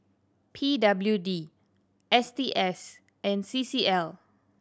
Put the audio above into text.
P W D S T S and C C L